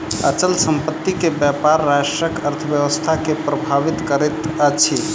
अचल संपत्ति के व्यापार राष्ट्रक अर्थव्यवस्था के प्रभावित करैत अछि